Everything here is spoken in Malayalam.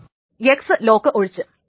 X ലോക്ക് ഒഴിച്ച്